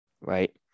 Right